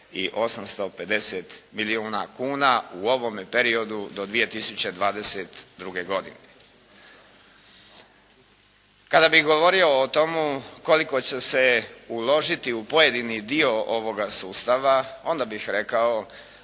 i 850 milijuna kuna u ovome periodu do 2022. godine. Kad bih govorio o tome koliko će se uložiti u pojedini dio ovoga sustava onda bih rekao